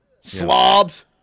slobs